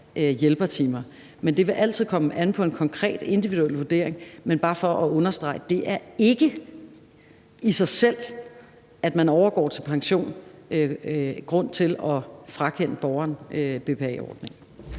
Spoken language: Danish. hjælpertimer, men det vil altid komme an på en konkret individuel vurdering. Det er bare for at understrege, at det at man overgår til pension ikke i sig selv er grund til at frakende borgeren BPA-ordningen.